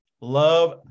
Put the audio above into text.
love